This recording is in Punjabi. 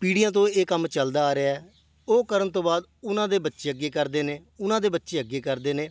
ਪੀੜ੍ਹੀਆਂ ਤੋਂ ਇਹ ਕੰਮ ਚੱਲਦਾ ਆ ਰਿਹਾ ਉਹ ਕਰਨ ਤੋਂ ਬਾਅਦ ਉਹਨਾਂ ਦੇ ਬੱਚੇ ਅੱਗੇ ਕਰਦੇ ਨੇ ਉਹਨਾਂ ਦੇ ਬੱਚੇ ਅੱਗੇ ਕਰਦੇ ਨੇ